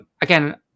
Again